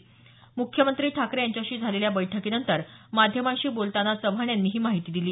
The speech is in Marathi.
म्ख्यमंत्री ठाकरे यांच्याशी झालेल्या बैठकीनंतर माध्यमांशी बोलताना चव्हाण यांनी ही माहिती दिली